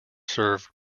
served